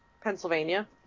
Pennsylvania